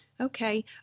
Okay